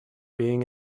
being